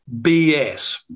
BS